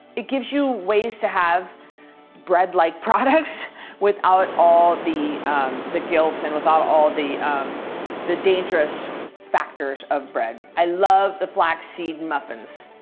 it gives you ways to have bread-like products without all the the guilt and without all of the dangerous factors of bread. i love the flax seed muffins.